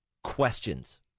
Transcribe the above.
Questions